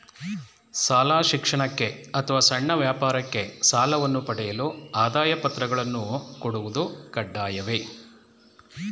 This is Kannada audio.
ಶಾಲಾ ಶಿಕ್ಷಣಕ್ಕೆ ಅಥವಾ ಸಣ್ಣ ವ್ಯಾಪಾರಕ್ಕೆ ಸಾಲವನ್ನು ಪಡೆಯಲು ಆದಾಯ ಪತ್ರಗಳನ್ನು ಕೊಡುವುದು ಕಡ್ಡಾಯವೇ?